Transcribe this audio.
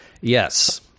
Yes